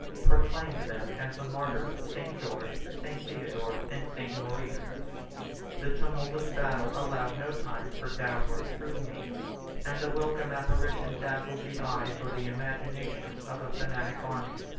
proclaimed them as the martyrs st. george, st. theodore, and st. maurice the tumult of battle allowed no time for doubt or scrutiny and the welcome apparition dazzled the eyes or the imagination of a fanatic army.